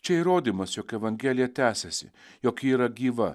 čia įrodymas jog evangelija tęsiasi jog ji yra gyva